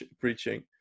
preaching